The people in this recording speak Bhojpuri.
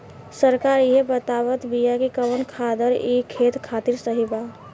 सरकार इहे बतावत बिआ कि कवन खादर ई खेत खातिर सही बा